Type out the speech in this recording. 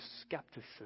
skepticism